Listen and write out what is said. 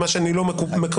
מה שאני לא מקבל.